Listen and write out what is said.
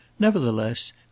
Nevertheless